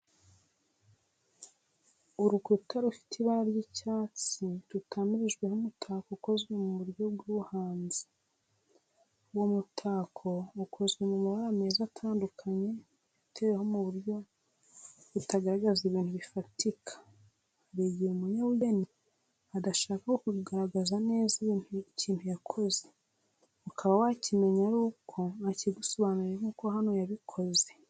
Urukuta rufite ibara ry’icyatsi rutamirijweho umutako ukoze mu buryo bw’ubuhanzi. Uwo mutako ukozwe mu mabara meza atandukanye yateweho mu buryo butagaragaza ibintu bifatika. Hari igihe umunyabugeni adashaka kugaragaza neza ikintu yakoze, ukaba wakimenya aruko akigusobanuriye nk'uko hano yabikoze.